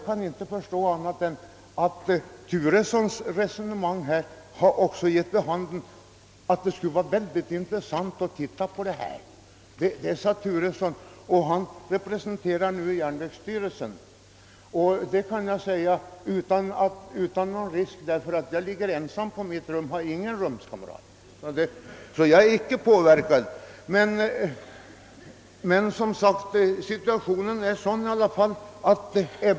även herr Turesson, som representerar järnvägsstyrelsen, antyder att det kunde vara av intresse att göra det. Jag kan utan risk framhålla mina synpunkter, eftersom jag ligger ensam på mitt rum och inte är påverkad av någon rumskamrat.